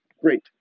great